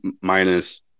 minus